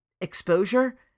exposure